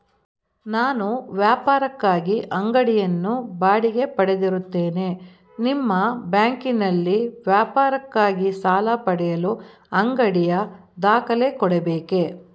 ನಾನು ವ್ಯಾಪಾರಕ್ಕಾಗಿ ಅಂಗಡಿಯನ್ನು ಬಾಡಿಗೆ ಪಡೆದಿರುತ್ತೇನೆ ನಿಮ್ಮ ಬ್ಯಾಂಕಿನಲ್ಲಿ ವ್ಯಾಪಾರಕ್ಕಾಗಿ ಸಾಲ ಪಡೆಯಲು ಅಂಗಡಿಯ ದಾಖಲೆ ಕೊಡಬೇಕೇ?